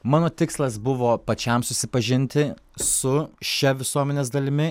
mano tikslas buvo pačiam susipažinti su šia visuomenės dalimi